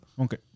Okay